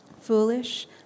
foolish